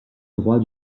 droit